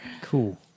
Cool